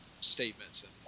statements